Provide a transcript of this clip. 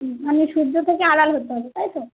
হুম মানে সূর্য থেকে আড়াল হতে হবে তাই তো